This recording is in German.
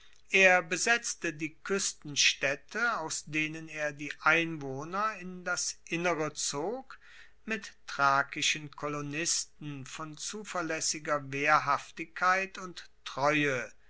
er besetzte die kuestenstaedte aus denen er die einwohner in das innere zog mit thrakischen kolonisten von zuverlaessiger wehrhaftigkeit und treue